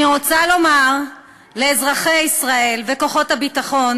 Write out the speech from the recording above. אני רוצה לומר לאזרחי ישראל וכוחות הביטחון